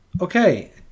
Okay